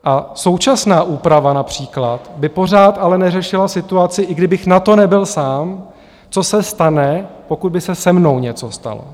A současná úprava například by pořád ale neřešila situaci, i kdybych na to nebyl sám, co se stane, pokud by se se mnou něco stalo.